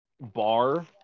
bar